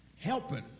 helping